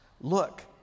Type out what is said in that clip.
look